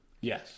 Yes